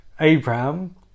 Abraham